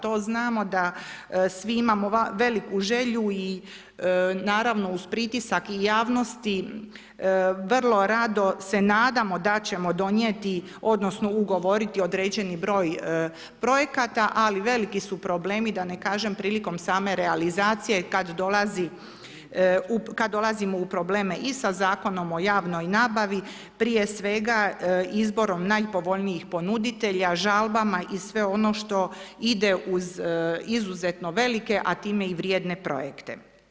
To znamo da svi imamo veliku želju i naravno, uz pritisak i javnosti, vrlo rado se nadamo da ćemo donijeti odnosno ugovoriti određeni broj projekata, ali veliki su problemi, da ne kažem, prilikom same realizacije, kada dolazimo i sa Zakonom o javnoj nabavi, prije svega izborom najpovoljnijih ponuditelja, žalbama i sve ono što ide uz izuzetno velike, a time i vrijedne projekte.